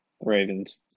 Ravens